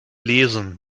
lesen